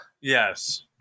Yes